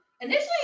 Initially